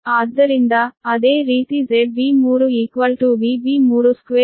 ಆದ್ದರಿಂದ ಅದೇ ರೀತಿ 0